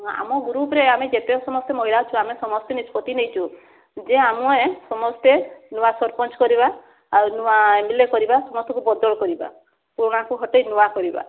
ଆମ ଗୃପ୍ରେ ଆମେ ଯେତେ ସମସ୍ତେ ମହିଳା ଅଛୁ ଆମେ ସମସ୍ତେ ନିଷ୍ପତ୍ତି ନେଇଛୁ ଯେ ଆମେ ସମସ୍ତେ ନୂଆ ସରପଞ୍ଚ କରିବା ଆଉ ନୂଆ ଏମେଲେ କରିବା ସମସ୍ତଙ୍କୁ ବଦଳ କରିବା ପୁରୁଣାକୁ ହଟେଇ ନୂଆ କରିବା